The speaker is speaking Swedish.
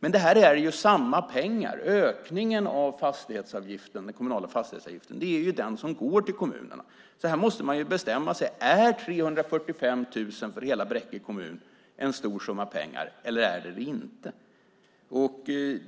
Men det är ju samma pengar. Ökningen av den kommunala fastighetsavgiften är det som går till kommunerna. Här måste man bestämma sig. Är 345 000 kronor för hela Bräcke kommun en stor summa pengar eller inte?